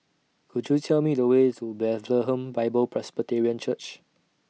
Could YOU Tell Me The Way to Bethlehem Bible Presbyterian Church